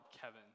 Kevin